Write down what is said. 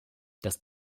das